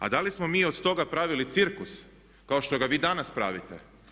A da li smo mi od toga pravili cirkus kao što ga vi danas pravite?